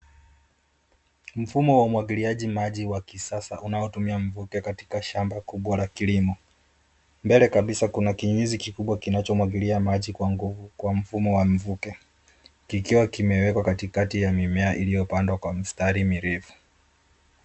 Mfumo wa umwangiliaji maji wa kisasa unaotumia mvuke katika shamba kubwa la kilimo. Mbele kabisa kuna kinyesi kikubwa kinachomwagilia maji kwa nguvu kwa mfumo wa mvuke kikiwa kimewekwa katikati ya mimea iliyopandwa kwa mistari mirefu.